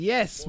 Yes